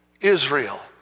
Israel